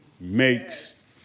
makes